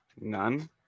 None